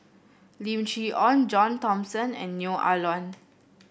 Lim Chee Onn John Thomson and Neo Ah Luan